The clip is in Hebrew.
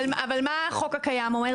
אבל מה החוק הקיים אומר?